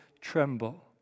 tremble